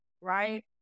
right